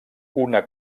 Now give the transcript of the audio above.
una